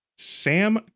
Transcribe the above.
Sam